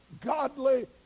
godly